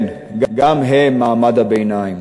כן, גם הם מעמד הביניים,